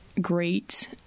great